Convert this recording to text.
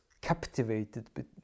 captivated